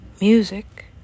music